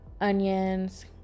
onions